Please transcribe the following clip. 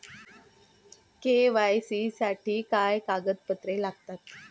KYC साठी काय कागदपत्रे लागतात?